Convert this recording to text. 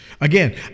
Again